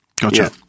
Gotcha